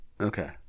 Okay